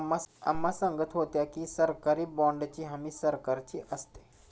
अम्मा सांगत होत्या की, सरकारी बाँडची हमी सरकारची असते